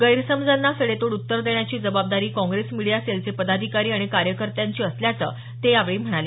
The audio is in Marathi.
गैरसमजांना सडेतोड उत्तर देण्याची जबाबदारी काँग्रेस मीडिया सेलचे पदाधिकारी आणि कार्यकर्त्यांची असल्याचं ते यावेळी म्हणाले